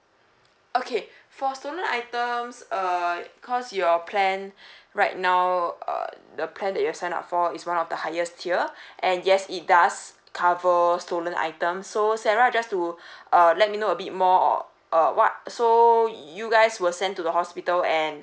okay for stollen item uh because your plan right now uh the plan that you sign up for is one of the highest tier and yes it does cover stolen item so sarah just to err let me know a bit more or uh what so you guys were sent to the hospital and